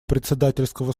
председательского